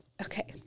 Okay